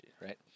right